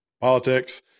politics